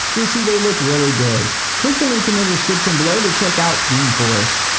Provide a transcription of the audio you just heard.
you'll see they look really good. click the link in the description below to check out themeforest.